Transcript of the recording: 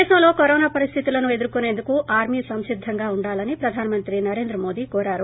దేశంలో కరోనా పరిస్లితులను ఎదుర్కొనేందుకు ఆర్మీ సంసిద్గంగా ఉండాలని ప్రధానమంత్రి నరేంద్ర మోడీ కోరారు